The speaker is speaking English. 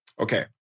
Okay